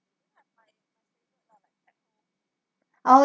I'd